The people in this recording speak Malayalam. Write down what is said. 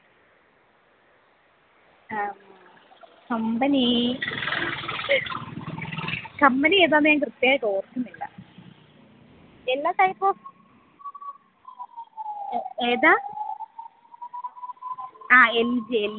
ഇംഗ്ലീഷ് ന്യൂസ് പേപ്പർ അല്ലേ ടൈംസ് ഓഫ് ഇന്ത്യ ഉണ്ട് നമ്മുടെ ഇവിടെ നമ്മുടെ ഇവിടെ ഇങ്ങനെ ആരും വരുത്തുന്നില്ല ഒരാൾ ഉള്ളത് അങ്ങേ സ്വതന്ത്ര മുക്കിൻ്റെ അവിടെയുള്ള ഒരു മറ്റേ ചാക്കോച്ചി അച്ചായൻ മാത്രമേ വരുത്തുന്നുള്ളു ഞാൻ അത് അവിടെ സംസാരിച്ചിട്ട് ഉടനെത്തന്നെ റെഡി ആക്കാം എന്നത്തേക്കാണ് നിങ്ങൾക്ക് എന്നത്തേക്ക് തൊട്ടാണ് വേണ്ടത്